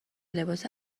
لباس